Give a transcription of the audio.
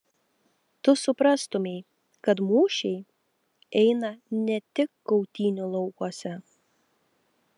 tu suprastumei kad mūšiai eina ne tik kautynių laukuose